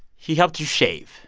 he helped you shave